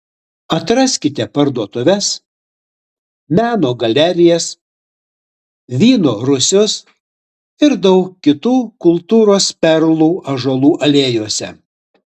atraskite parduotuves meno galerijas vyno rūsius ir daug kitų kultūros perlų ąžuolų alėjose